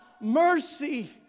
mercy